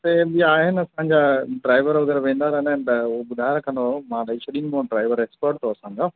त इअं आहे न असांजा ड्राइवर वग़ैरह वेंदा रहंदा आहिनि त उहो ॿुधाए रखंदोमांंव ड्राइवर एक्सपट अथव असांजो